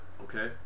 okay